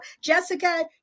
jessica